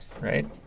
right